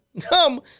Come